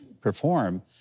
perform